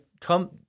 come